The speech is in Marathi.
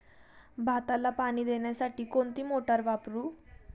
भाताला पाणी देण्यासाठी कोणती मोटार वापरू?